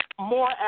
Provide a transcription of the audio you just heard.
more